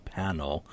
panel